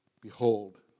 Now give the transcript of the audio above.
Behold